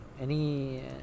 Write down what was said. any-